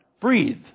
breathe